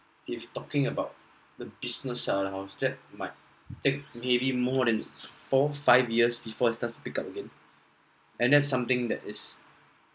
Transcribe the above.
if talking about the business side of the house that might take maybe more than four five years before it starts to pick up again and that's something that is